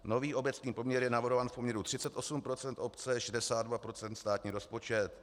Nový obecný poměr je navrhován v poměru 38 % obce, 62 % státní rozpočet.